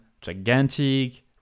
gigantic